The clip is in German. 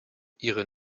ihre